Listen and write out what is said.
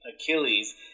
Achilles